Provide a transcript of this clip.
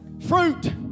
fruit